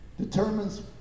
determines